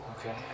Okay